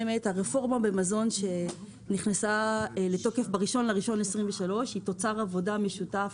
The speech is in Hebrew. אכן הרפורמה במזון שנכנסה לתוקף ב-1 בינואר 2023 היא תוצר עבודה משותף.